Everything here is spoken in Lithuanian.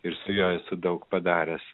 ir su juo esu daug padaręs